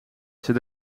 zit